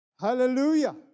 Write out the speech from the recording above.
Hallelujah